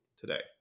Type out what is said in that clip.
today